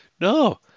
no